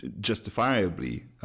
justifiably